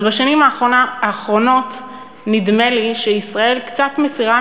אבל בשנים האחרונות נדמה לי שישראל קצת מסירה